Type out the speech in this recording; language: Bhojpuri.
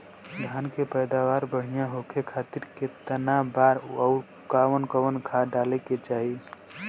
धान के पैदावार बढ़िया होखे खाती कितना बार अउर कवन कवन खाद डाले के चाही?